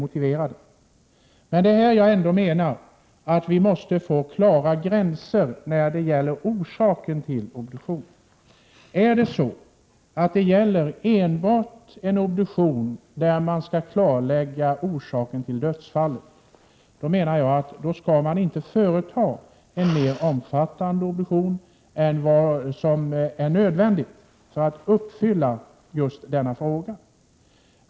1987/88:83 välgrundade. Men vi måste få klara gränser när det gäller orsaken till 14 mars 1988 obduktioner. Om det gäller att enbart klarlägga orsaken till dödsfallet menar jag att man inte skall företa en mer omfattande obduktion än vad som är nödvändigt för att klarlägga dödsorsaken.